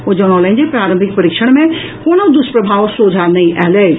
ओ जनौलनि जे प्रारंभिक परीक्षण मे कोनहूं दुष्प्रभाव सोझा नहि आयल अछि